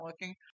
looking